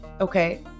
okay